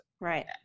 right